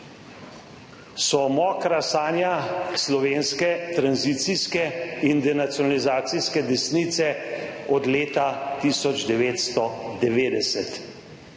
so more sanje slovenske tranzicijske in denacionalizacijske desnice od leta 1990.